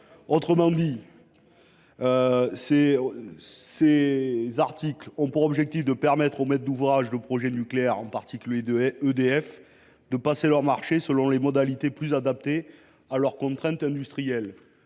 Autrement dit, ces articles ont pour objet de permettre aux maîtres d’ouvrage de projets nucléaires, en particulier EDF, de passer leurs marchés selon des modalités plus adaptées à leurs contraintes industrielles.